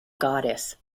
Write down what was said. goddess